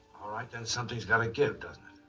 then something's gotta give, doesn't it?